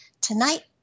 Tonight